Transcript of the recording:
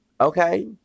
Okay